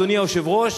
אדוני היושב-ראש,